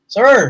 Sir